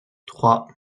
trois